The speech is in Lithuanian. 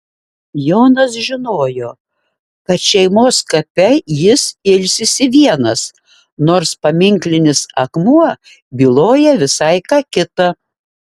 jonas žinojo kad šeimos kape jis ilsisi vienas nors paminklinis akmuo byloja visai ką kita